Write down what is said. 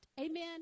Amen